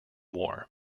war